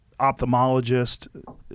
ophthalmologist